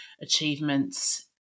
achievements